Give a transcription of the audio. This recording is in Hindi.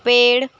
पेड़